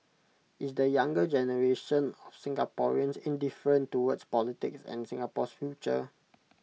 is the younger generation of Singaporeans indifferent towards politics and Singapore's future